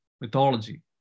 mythology